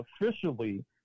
officially